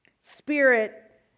Spirit